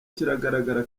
kiragaragara